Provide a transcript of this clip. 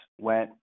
went